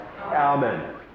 Amen